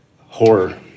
Horror